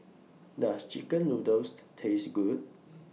Does Chicken Noodles Taste Good